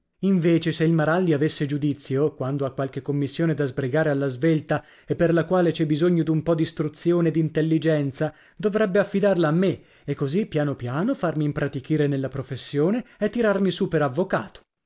invece se il maralli avesse giudizio quando ha qualche commissione da sbrigare alla svelta e per la quale c'è bisogno d'un po d'istruzione e d'intelligenza dovrebbe affidarla a me e così piano piano farmi impratichire nella professione e tirarmi su per avvocato